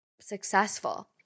successful